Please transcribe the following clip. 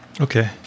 Okay